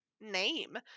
name